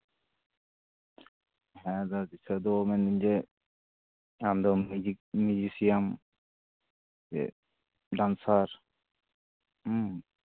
ᱦᱮᱸ ᱫᱟᱫᱟ ᱫᱤᱥᱟᱹ ᱫᱚ ᱢᱮᱱᱫᱟᱹᱧ ᱡᱮ ᱟᱢᱫᱚ ᱢᱤᱣᱡᱤᱥᱤᱭᱟᱱ ᱥᱮ ᱰᱮᱱᱥᱟᱨ